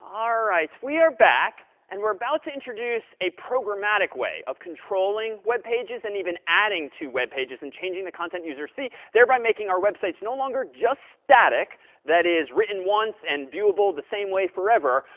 right. we are back and we're about to introduce a programmatic way of controlling web pages and even adding to web pages and changing the content users see, thereby making our websites no longer just static that is, written once and viewable the same way forever,